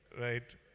Right